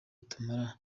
tumara